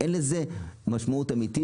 זה לא רציני,